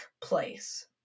place